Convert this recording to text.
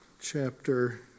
chapter